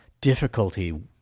difficulty